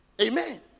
Amen